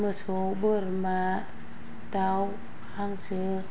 मोसौ बोरमा दाउ अमा हांसो